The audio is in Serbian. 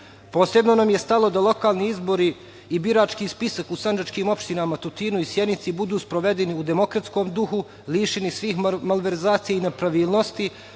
Posebno nam je stalo da lokalni izbori i birački spisak u sandžačkim opštinama Tutinu i Sjenici budu sprovedeni u demokratskom duhu lišeni svih malverzacija i nepravilnosti